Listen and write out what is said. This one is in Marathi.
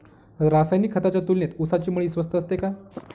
रासायनिक खतांच्या तुलनेत ऊसाची मळी स्वस्त असते का?